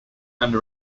and